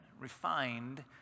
refined